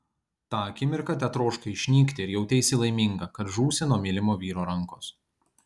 tą akimirką tetroškai išnykti ir jauteisi laiminga kad žūsi nuo mylimo vyro rankos